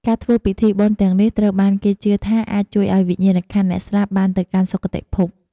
ការធ្វើពិធីបុណ្យទាំងនេះត្រូវបានគេជឿថាអាច ជួយឱ្យវិញ្ញាណក្ខន្ធអ្នកស្លាប់បានទៅកាន់សុគតិភព។